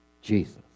Jesus